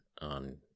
on